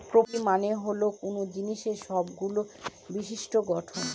properties মানে হল কোনো জিনিসের সবগুলো বিশিষ্ট্য গঠন